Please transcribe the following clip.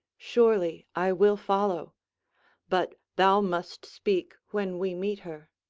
surely i will follow but thou must speak when we meet her.